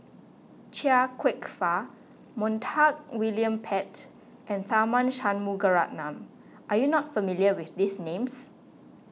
Chia Kwek Fah Montague William Pett and Tharman Shanmugaratnam are you not familiar with these names